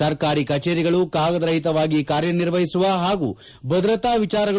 ಸರ್ಕಾರಿ ಕಚೇರಿಗಳು ಕಾಗದರಹಿತವಾಗಿ ಕಾರ್ಯನಿರ್ವಹಿಸುವ ಹಾಗೂ ಭದ್ರತಾ ವಿಜಾರಗಳು